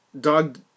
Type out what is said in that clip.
dog